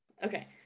Okay